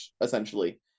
essentially